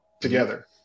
together